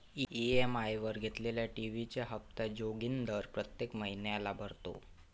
EMI वर घेतलेल्या TV चा हप्ता जोगिंदर प्रत्येक महिन्याला भरतो